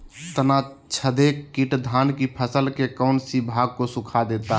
तनाछदेक किट धान की फसल के कौन सी भाग को सुखा देता है?